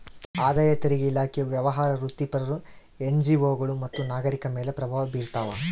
ಆದಾಯ ತೆರಿಗೆ ಇಲಾಖೆಯು ವ್ಯವಹಾರ ವೃತ್ತಿಪರರು ಎನ್ಜಿಒಗಳು ಮತ್ತು ನಾಗರಿಕರ ಮೇಲೆ ಪ್ರಭಾವ ಬೀರ್ತಾವ